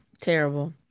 terrible